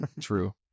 True